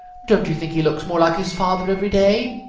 don't you think he looks more like his father every day?